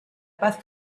paz